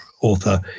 author